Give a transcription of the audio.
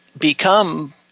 become